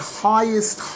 highest